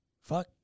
fuck